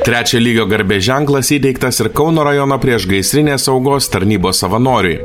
trečia lygio garbės ženklas įteiktas ir kauno rajono priešgaisrinės saugos tarnybos savanoriui